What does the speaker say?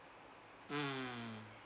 mm